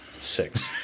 Six